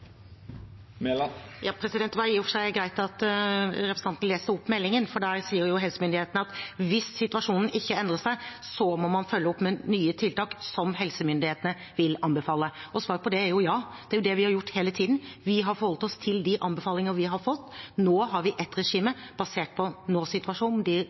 Det var i og for seg greit at representanten leste opp meldingen, for der sier helsemyndighetene at hvis situasjonen ikke endrer seg, må man følge opp med nye tiltak som helsemyndighetene vil anbefale. Og svaret på det er jo ja. Det er det vi har gjort hele tiden. Vi har forholdt oss til de anbefalinger vi har fått. Nå har vi et regime basert på nåsituasjonen, de rådene vi nå har, vi hadde en annen situasjon i sommer basert på de